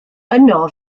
yno